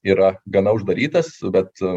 yra gana uždarytas bet